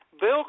Bill